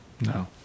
No